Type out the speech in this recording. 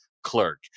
clerk